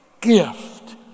gift